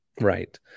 Right